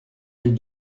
les